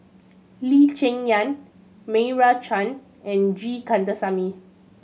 Lee Cheng Yan Meira Chand and G Kandasamy